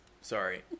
Sorry